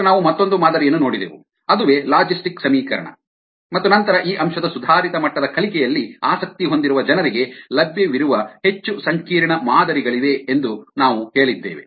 ನಂತರ ನಾವು ಮತ್ತೊಂದು ಮಾದರಿಯನ್ನು ನೋಡಿದೆವು ಅದುವೇ ಲಾಜಿಸ್ಟಿಕ್ ಸಮೀಕರಣ ಮತ್ತು ನಂತರ ಈ ಅಂಶದ ಸುಧಾರಿತ ಮಟ್ಟದ ಕಲಿಕೆಯಲ್ಲಿ ಆಸಕ್ತಿ ಹೊಂದಿರುವ ಜನರಿಗೆ ಲಭ್ಯವಿರುವ ಹೆಚ್ಚು ಸಂಕೀರ್ಣ ಮಾದರಿಗಳಿವೆ ಎಂದು ನಾವು ಹೇಳಿದ್ದೇವೆ